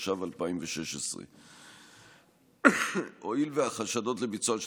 התשע"ו 2016. הואיל והחשדות לביצוען של